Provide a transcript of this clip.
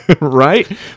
Right